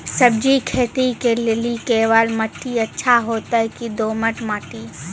सब्जी खेती के लेली केवाल माटी अच्छा होते की दोमट माटी?